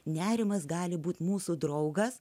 nerimas gali būti mūsų draugas